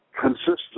consistent